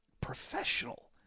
professional